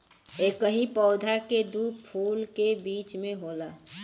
एकही पौधा के दू फूल के बीच में होला